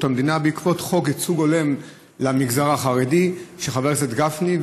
המדינה בעקבות חוק ייצוג הולם למגזר החרדי של חבר הכנסת גפני,